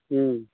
हुँ